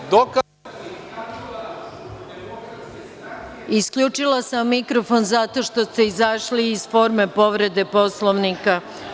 Isključila sam vam mikrofon zato što ste izašli iz forme povrede Poslovnika.